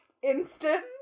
Instant